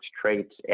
traits